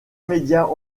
médias